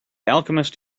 alchemist